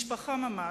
משפחה ממש.